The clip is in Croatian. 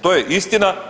To je istina.